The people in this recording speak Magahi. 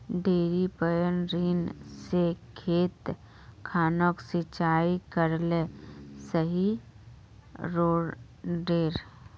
डिरिपयंऋ से खेत खानोक सिंचाई करले सही रोडेर?